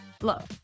Look